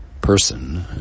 Person